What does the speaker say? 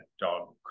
dog